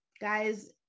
guys